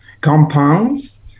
compounds